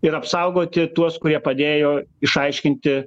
ir apsaugoti tuos kurie padėjo išaiškinti